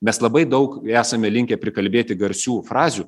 mes labai daug esame linkę prikalbėti garsių frazių